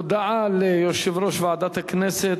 הודעה ליושב-ראש ועדת הכנסת,